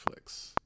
netflix